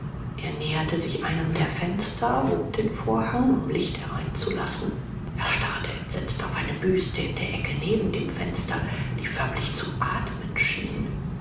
er näherte sich einem der fenster hob den vorhang um licht hereinzulassen er starrte entsetzt auf eine büste in der ecke neben dem fenster die förmlich zu atmen schien